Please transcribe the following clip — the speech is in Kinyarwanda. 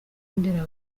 ndera